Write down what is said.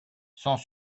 sans